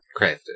Crafted